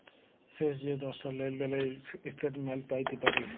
শেষ যে দশটা লেলদেলের ইস্ট্যাটমেল্ট প্যাইতে পারি